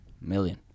million